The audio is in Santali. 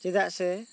ᱪᱮᱫᱟᱜ ᱥᱮ